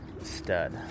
stud